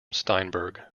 steinberg